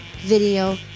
video